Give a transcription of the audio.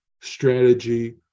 strategy